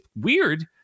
weird